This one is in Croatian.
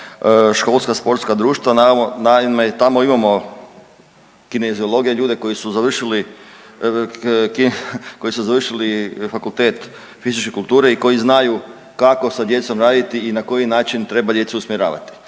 školska sportska društva. Naime tamo imamo kineziologe, ljude koji su završili fakultet fizičke kulture i koji znaju kako sa djecom raditi i na koji način treba djecu usmjeravati.